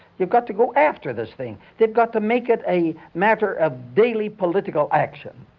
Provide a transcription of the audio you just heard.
you've got to go after this thing. they've got to make it a matter of daily political action.